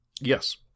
Yes